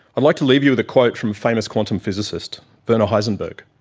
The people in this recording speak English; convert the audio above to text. i'd like to leave you with a quote from famous quantum physicist werner heisenberg,